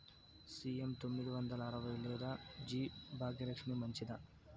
CM తొమ్మిది వందల అరవై లేదా జి భాగ్యలక్ష్మి మంచిదా?